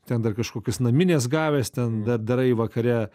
ten dar kažkokius naminės gavęs ten dar darai vakare